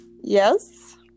Yes